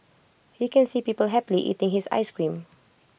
he can see people happily eating his Ice Cream